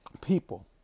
people